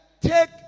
take